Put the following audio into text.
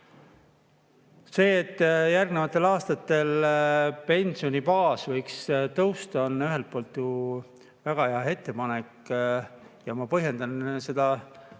See, et järgnevatel aastatel pensionibaas võiks tõusta, on ühelt poolt ju väga hea ettepanek. Ja ma põhjendan seda selgelt